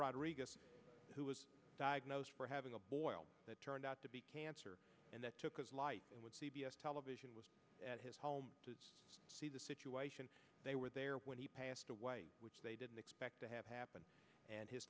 rodriguez who was diagnosed for having a boil that turned out to be cancer and that took his life with c b s television was at his home to see the situation they were there when he passed away which they didn't expect to have happen and his